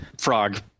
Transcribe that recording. frog